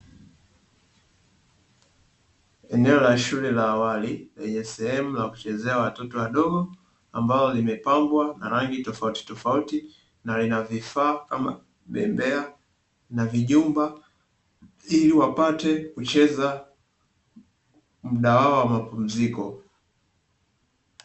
Eneo la shule la awali, lenye sehemu la kuchezewa watoto wadogo, ambao nimepambwa na rangi tofautitofauti na lina vifaa kama bembea na vijumba, ili wapate kucheza muda wao wa mapumziko.